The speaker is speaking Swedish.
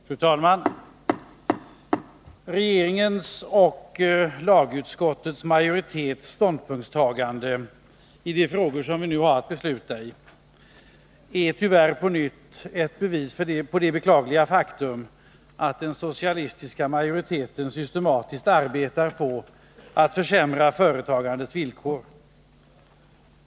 Fru talman! Regeringens och lagutskottets majoritets ståndpunktstagande i de frågor vi nu har att besluta i är tyvärr ett bevis för det beklagliga faktum att den socialistiska majoriteten systematiskt arbetar på att försämra företagandets villkor.